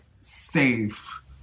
safe